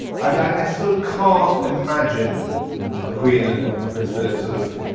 i mean, i sort of can't imagine the queen and and prince philip sort of,